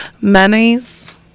mayonnaise